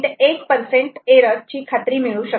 १ error ची खात्री मिळू शकते